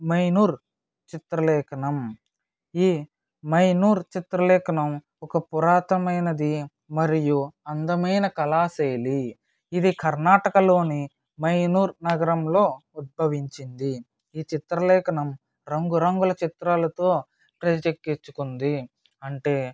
మైనూర్ చిత్రలేఖనం ఈ మైనూర్ చిత్రలేఖనం ఒక పురాతనమైనది మరియు అందమైన కళాశైలి ఇది కర్ణాటకలోని మైనూర్ నగరంలో ఉద్భవించింది ఈ చిత్రలేఖనం రంగురంగుల చిత్రాలతో చేజిక్కించుకుంది అంటే